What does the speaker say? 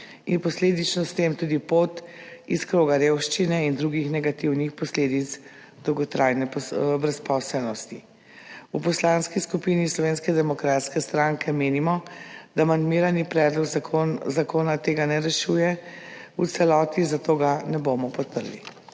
ter posledično s tem tudi pot iz kroga revščine in drugih negativnih posledic dolgotrajne brezposelnosti. V Poslanski skupini Slovenske demokratske stranke menimo, da amandmirani predlog zakona tega ne rešuje v celoti, zato ga ne bomo podprli.